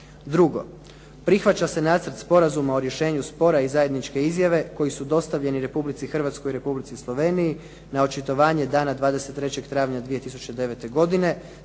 Drugo. Prihvaća se Nacrt sporazuma o rješenju spora i zajedničke izjave koji su dostavljeni Republici Hrvatskoj i Republici Sloveniji na očitovanje dana 23. travnja 2009. godine,